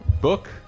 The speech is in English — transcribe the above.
book